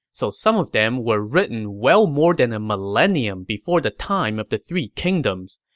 so some of them were written well more than a millennium before the time of the three kingdoms.